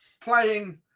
playing